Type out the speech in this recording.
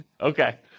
Okay